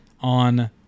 on